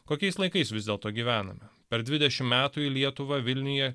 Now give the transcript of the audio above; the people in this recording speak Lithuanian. kokiais laikais vis dėlto gyvenam per dvidešim metų į lietuvą vilniuje